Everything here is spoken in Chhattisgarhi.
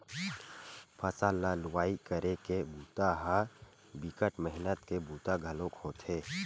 फसल ल लुवई करे के बूता ह बिकट मेहनत के बूता घलोक होथे